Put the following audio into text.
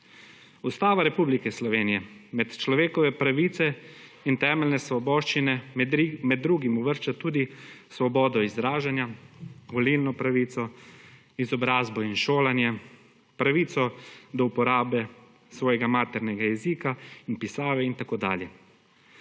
Ustava Republike Slovenije med človekove pravice in temeljne svoboščine med drugim uvršča tudi svobodo izražanja, volilno pravico, izobrazbo in šolanje, pravico do uporabe svojega maternega jezika in pisave in tako dalje.